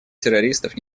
террористов